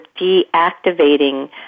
deactivating